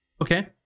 okay